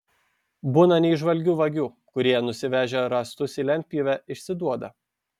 būna neįžvalgių vagių kurie nusivežę rąstus į lentpjūvę išsiduoda